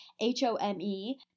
H-O-M-E